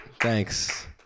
Thanks